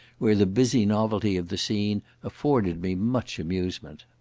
where the busy novelty of the scene afforded me much amusement.